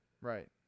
Right